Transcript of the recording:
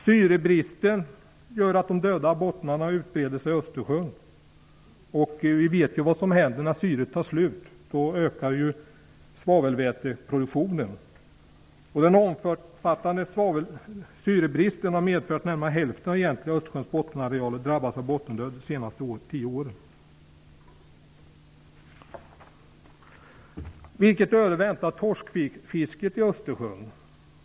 Syrebristen gör att de döda bottnarna utbreder sig i Östersjön. Vi vet vad som händer när syret tar slut. Då ökar svavelväteproduktionen. Den omfattande syrebristen har medfört att närmare hälften av egentliga Östersjöns bottenareal har drabbats av bottendöd under de senaste tio åren. Vilket öde väntar torskfisket i Östersjön?